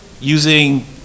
using